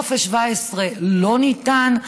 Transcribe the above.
טופס 17 לא ניתן,